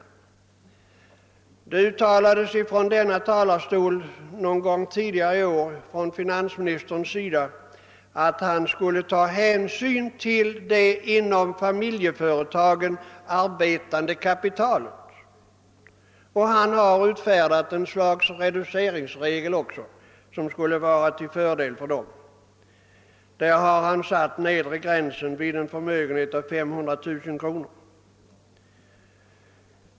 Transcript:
Finansministern uttalade från denna talarstol någon gång tidigare i år att han skulle ta hänsyn till det inom familjeföretagen arbetande kapitalet. Han har också utfärdat ett slags reduceringsregel som skulle vara till fördel för detta och därvid satt nedre gränsen vid en förmögenhet på 500 000 kronor.